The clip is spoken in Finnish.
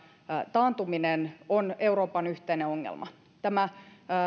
taantuminen on euroopan yhteinen ongelma tämä